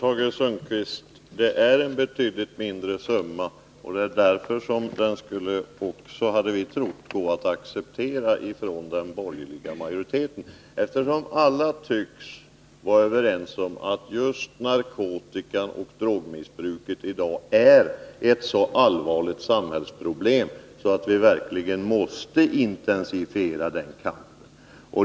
Herr talman! Ja, det är en betydligt mindre summa, Tage Sundkvist. Det var därför vi hade trott att den borgerliga majoriteten skulle kunna acceptera den, när alla tycks vara överens om att just narkotikaoch drogmissbruket är ett så allvarligt samhällsproblem att vi verkligen måste intensifiera kampen.